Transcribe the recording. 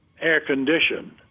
air-conditioned